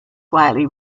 widely